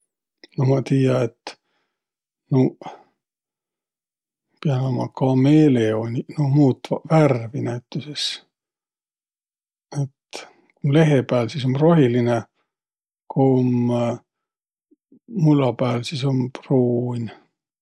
No ma tiiä, et nuuq, kiä nuuq ummaq, kameeleoniq, nuuq muutvaq värmi näütüses. Et lehe pääl, sis um rohilinõ, ku um mulla pääl, sis um pruun.